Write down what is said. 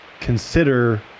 consider